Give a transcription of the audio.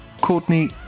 Courtney